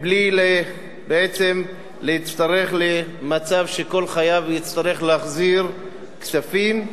בלי בעצם להצטרך כל חייו להחזיר כספים.